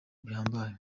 bihambaye